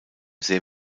sehr